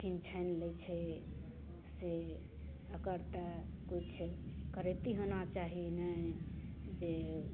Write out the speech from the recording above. छिन छानि लै छै से एकर तऽ किछु करेती होना चाही ने जे